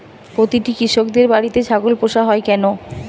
প্রতিটি কৃষকদের বাড়িতে ছাগল পোষা হয় কেন?